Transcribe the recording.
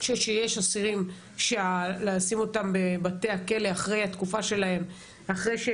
יש אסירים שלשים אותם בבתי הכלא אחרי התקופה שלהם,